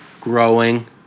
growing